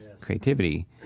creativity